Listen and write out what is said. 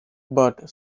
but